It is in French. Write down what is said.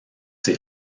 ses